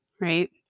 right